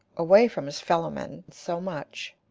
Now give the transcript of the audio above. away from his fellowmen so much,